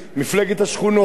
מפלגת השכונות,